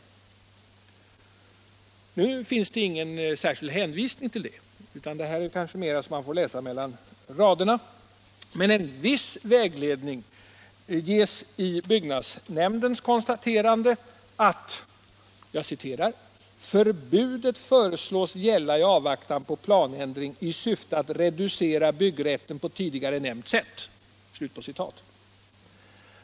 Nu finns det ingen särskild hänvisning till deras innehåll, utan det här är kanske sådant som man får läsa mellan raderna. En viss vägledning ges dock i byggnadsnämndens konstaterande att ”förbudet föreslås gälla i avvaktan på planändring i syfte att reducera byggrätten på tidigare nämnt sätt”.